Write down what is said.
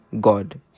God